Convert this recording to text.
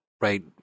right